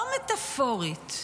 לא מטפורית,